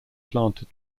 planted